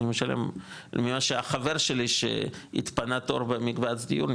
ממה שהחבר שלי שהתפנה תור במקבץ דיור,